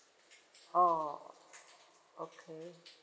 oh okay